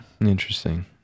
Interesting